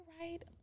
right